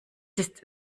ist